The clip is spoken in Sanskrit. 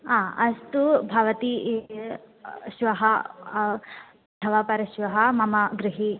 हा अस्तु भवती श्वः अथवा परश्वः मम गृहे